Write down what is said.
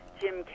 Jim